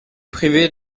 priver